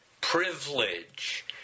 privilege